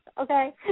okay